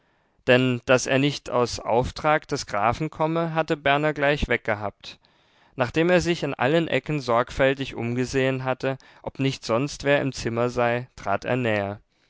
denn daß er nicht aus auftrag des grafen komme hatte berner gleich weggehabt nachdem er sich in allen ecken sorgfältig umgesehen hatte ob nicht sonst wer im zimmer sei trat er näher